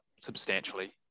substantially